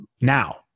now